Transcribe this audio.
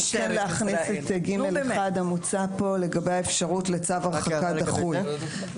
כן להכניס את (ג1) המוצע פה לגבי אפשרות לצו הרחקה דחוי.